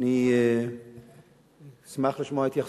מי אמר